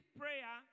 prayer